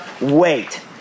wait